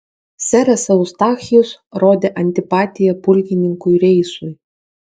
seras eustachijus rodė antipatiją pulkininkui reisui